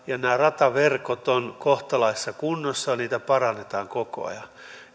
nämä rataverkot ovat kohtalaisessa kunnossa ja niitä parannetaan koko ajan